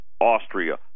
Austria